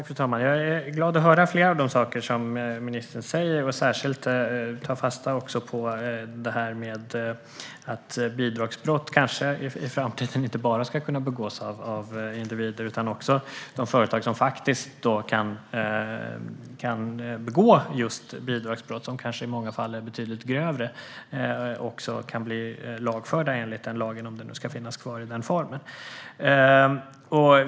Fru talman! Jag är glad över att höra fler av de saker som ministern säger och kanske särskilt ta fasta på att bidragsbrott i framtiden inte bara ska kunna begås av individer utan också av de företag som begår sådana brott. I många fall kan de brotten vara grövre och då bör de kunna bli lagförda enligt lagen, om den nu ska finnas kvar i den formen.